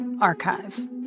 Archive